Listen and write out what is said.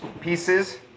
pieces